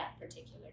particular